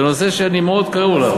זה נושא שאני מאוד קרוב אליו,